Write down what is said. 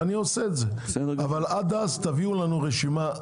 אני עושה את זה, אבל עד אז תביאו לנו רשימה.